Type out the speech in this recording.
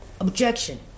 objection